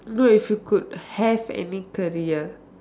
no if you could have any career